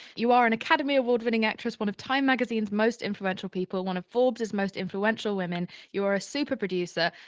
you are an academy award winning actress. one of time magazine's most influential people, one of forbes' most influential women. you are a super producer,